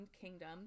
Kingdom